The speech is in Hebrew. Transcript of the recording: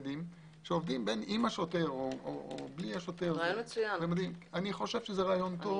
בין עם השוטר או בלעדיו - אני חושב שזה רעיון טוב.